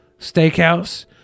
steakhouse